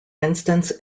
instance